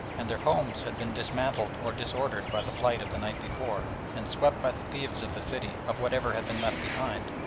and their homes had been dismantled or disordered by the flight of the night before, and swept by the thieves of the city of whatever had been left behind,